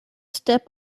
step